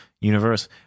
universe